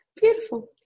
Beautiful